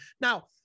Now